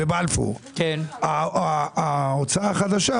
ההוצאה החדשה,